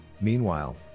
Meanwhile